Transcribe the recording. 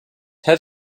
had